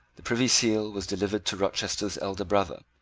the privy seal was delivered to rochester's elder brother,